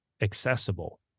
accessible